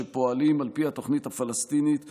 שפועלים על פי התוכנית הפלסטינית התאוג'יהי,